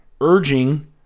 urging